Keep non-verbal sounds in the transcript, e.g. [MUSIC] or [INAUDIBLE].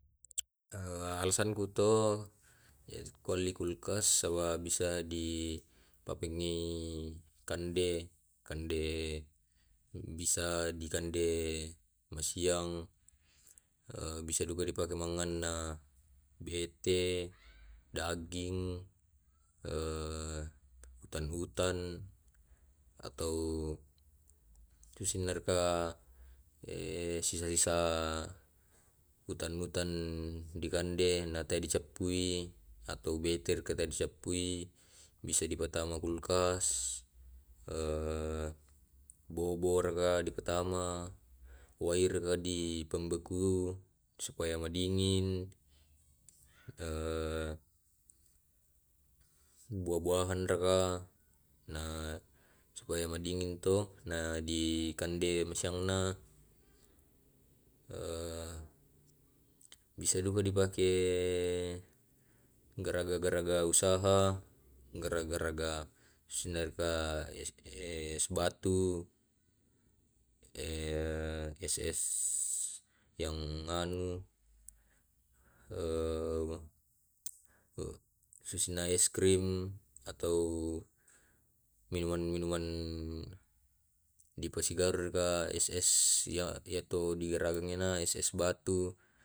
Iyatu alasanna tu ku alli kulkas, yang tu lain kuan anna kulain ten, [UNINTELLIGIBLE] yang tulan denganna kulen, [UNINTELLIGIBLE] inanna bale kulen, inanna sisa-sisana apa kande yantu buhibu obu obulan, innanna wai supaya madingin toi, inanna tuai buah-buahan iyan kidin meloi majama atau pesta, iyameto dipatamai wai na majadi es batu tulen. [NOISE] ya jis timaraiaki. [UNINTELLIGIBLE] Bisa jugai ripatamaiki es krim na membeku, na dikande, bisa dukai [HESITATION] pasidukaui ri patamai wai. iyatu kulkaske wana [HESITATION] [HESITATION] biasa si setengah juta ellinna, biasa dua juta ellinna. Ehh [HESITATION] iya ke kualli di saat- saat anupi kualii [HESITATION] [HESITATION] iyapi tu na ala, iyapi tu na alle kulkasku lan semacam kande kande lan iyamutu, iyamutu sikande kande lan. [NOISE]